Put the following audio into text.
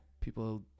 People